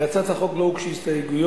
להצעת החוק לא הוגשו הסתייגויות.